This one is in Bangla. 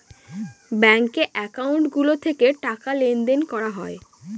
ব্যাঙ্কে একাউন্ট গুলো থেকে টাকা লেনদেন করা হয়